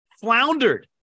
floundered